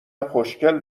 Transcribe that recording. خوشکل